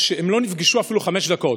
כך שהם לא נפגשו אפילו חמש דקות.